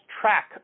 track